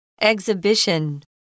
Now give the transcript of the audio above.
Exhibition